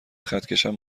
خطکشم